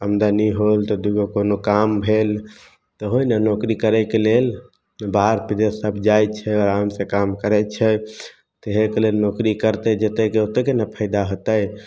आमदनी होल तऽ दूगो कोनो काम भेल तऽ हो नऽ नौकरी करयके लेल बाहर विदेश सब जाइ छै आरामसँ काम करय छै तेहेके लेल नौकरी करतय जेतयके ओतेके ने फायदा हेतय